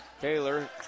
Taylor